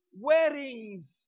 weddings